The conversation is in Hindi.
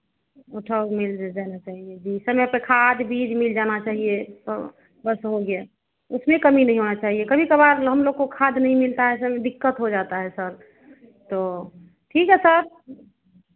उठाव मिल जाना चाहिए जी समय पे खाद बीज मिल जाना चाहिए बस हो गया उसमें कमी नहीं होना चाहिए कभी कभार हम लोग को खाद नहीं मिलता है समय दिक्कत हो जाता है सर तो ठीक है सर